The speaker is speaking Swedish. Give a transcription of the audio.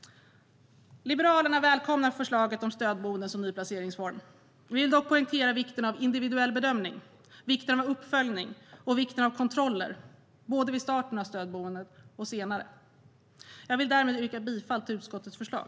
Liberalerna välkomnar förslaget om stödboende som ny placeringsform. Vi vill dock poängtera vikten av individuell bedömning, vikten av uppföljning och vikten av kontroller, både vid start av stödboenden och senare. Jag vill därmed yrka bifall till utskottets förslag.